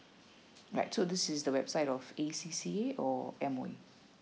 right so this is the website of A_C_C_A or M_O_E